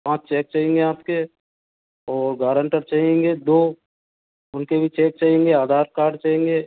पाँच चेक चाहिएंगे आपके और गारंटर चाहिएंगे दो उनके भी चेक चाहिएंगे आधार कार्ड चाहिएंगे